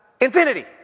infinity